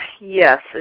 Yes